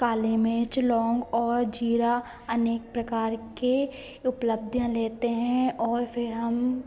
काली मिर्च लौन्ग और जीरा अनेक प्रकार की उपलब्धियाँ लेते हैं और फिर हम